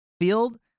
field